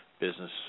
business